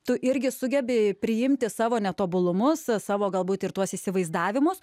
tu irgi sugebi priimti savo netobulumus savo galbūt ir tuos įsivaizdavimus